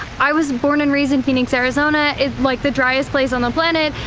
i was born and raised in phoenix, arizona, it's like the driest place on the planet,